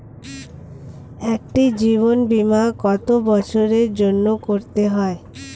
একটি জীবন বীমা কত বছরের জন্য করতে হয়?